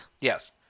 Yes